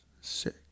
Sick